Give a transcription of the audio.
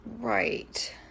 right